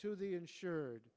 to the insured